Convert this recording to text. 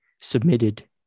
submitted